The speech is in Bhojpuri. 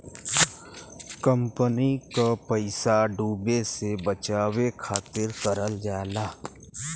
कंपनी क पइसा डूबे से बचावे खातिर करल जाला